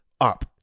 up